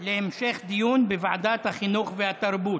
להמשך דיון בוועדת החינוך והתרבות.